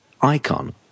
icon